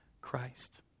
Christ